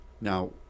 Now